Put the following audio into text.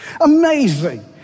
Amazing